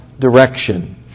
direction